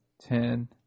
ten